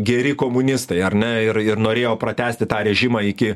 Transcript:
geri komunistai ar na ir ir norėjo pratęsti tą režimą iki